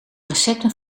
recepten